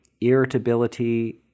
irritability